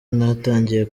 natangiye